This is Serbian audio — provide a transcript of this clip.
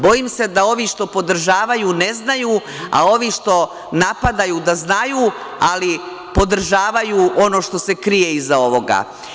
Bojim se da ovi što podržavaju ne znaju, a ovi što napadaju da znaju, ali podržavaju ono što se krije iza ovoga.